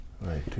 Right